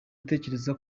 ntekereza